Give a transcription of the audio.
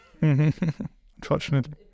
Unfortunately